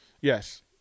yes